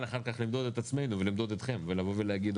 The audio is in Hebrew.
אחר כך למדוד את עצמנו ולמדוד אתכם ולבוא ולהגיד,